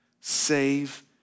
Save